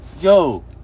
Yo